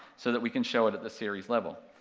so that we can show it at the series level,